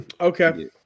Okay